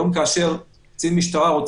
אני אהיה ממש קצר.